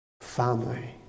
Family